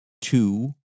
two